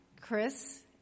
Chris